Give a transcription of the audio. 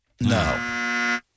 No